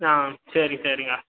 ஆ சரி சரிங்க